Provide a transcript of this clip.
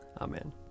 Amen